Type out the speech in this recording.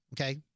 okay